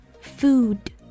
Food